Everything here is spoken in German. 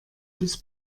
bis